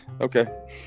Okay